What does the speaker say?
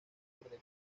por